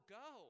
go